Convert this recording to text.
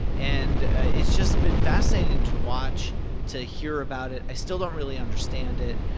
and ah it's just been fascinating to watch to hear about it. i still don't really understand it.